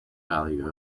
value